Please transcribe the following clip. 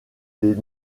des